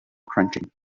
crunching